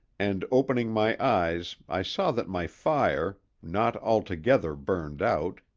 and opening my eyes i saw that my fire, not altogether burned out,